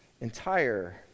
entire